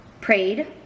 prayed